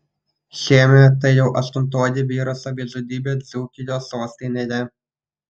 šiemet tai jau aštuntoji vyro savižudybė dzūkijos sostinėje